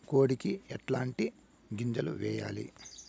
కోడికి ఎట్లాంటి గింజలు వేయాలి?